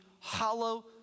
hollow